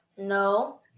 no